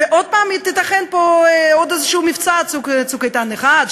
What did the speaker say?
ועוד פעם ייתכן פה מבצע "צוק איתן" 1,